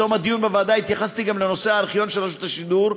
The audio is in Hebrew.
בתום הדיון בוועדה התייחסתי גם לנושא הארכיון של רשות השידור.